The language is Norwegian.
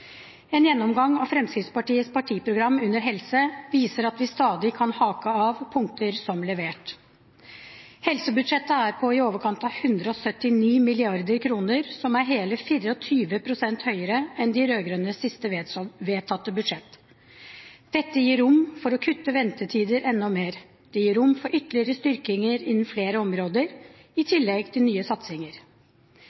En gjennomgang av Fremskrittspartiets partiprogram under helse viser at vi stadig kan hake av punkter som levert. Helsebudsjettet er på i overkant av 179 mrd. kr. Det er hele 24 pst. høyere enn de rød-grønnes siste vedtatte budsjett. Dette gir rom for å kutte ventetider enda mer. Det gir rom for ytterligere styrkinger innen flere områder, i tillegg til nye satsinger.